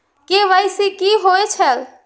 KYC कि होई छल?